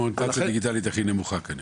עם האוריינטציה הדיגיטלית הכי נמוכה כנראה.